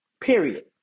Period